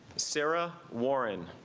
sarah warren